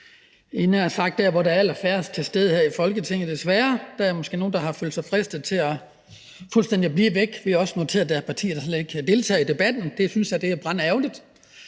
havde jeg nær sagt – er allerfærrest til stede her i Folketinget, desværre. Der er måske nogle, der har følt sig fristet til fuldstændig at blive væk – vi har også noteret, at der er partier, der slet ikke deltager i debatten, og det synes jeg er brandærgerligt,